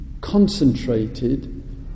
concentrated